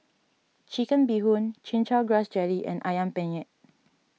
Chicken Bee Hoon Chin Chow Grass Jelly and Ayam Penyet